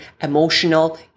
emotional